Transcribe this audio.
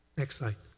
next slide.